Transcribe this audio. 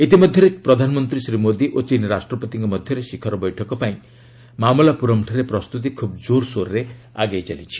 ଇତିମଧ୍ୟରେ ପ୍ରଧାନମନ୍ତ୍ରୀ ଶ୍ରୀ ମୋଦି ଓ ଚୀନ ରାଷ୍ଟ୍ରପତିଙ୍କ ମଧ୍ୟରେ ଶିଖର ବୈଠକ ପାଇଁ ମାମଲାପୁରମ୍ଠାରେ ପ୍ରସ୍ତୁତି ଖୁବ୍ ଜୋରସୋରରେ ଆଗେଇ ଚାଲିଛି